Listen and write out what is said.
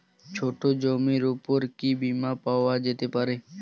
ছোট জমির উপর কি বীমা পাওয়া যেতে পারে?